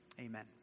Amen